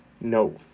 No